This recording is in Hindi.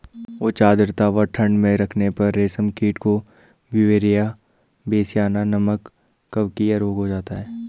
उच्च आद्रता व ठंड में रखने पर रेशम कीट को ब्यूवेरिया बेसियाना नमक कवकीय रोग हो जाता है